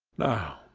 now,